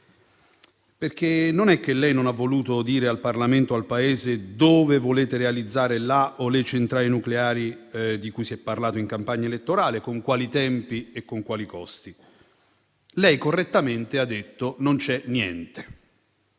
Perché non è che lei non abbia voluto dire al Parlamento e al Paese dove volete realizzare la o le centrali nucleari di cui si è parlato in campagna elettorale, con quali tempi e con quali costi. Lei correttamente ha detto che non c'è niente.